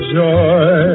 joy